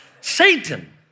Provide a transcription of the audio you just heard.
Satan